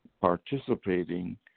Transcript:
participating